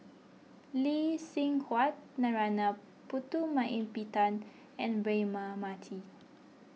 Lee Seng Huat Narana Putumaippittan and Braema Mathi